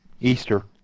Easter